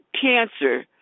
cancer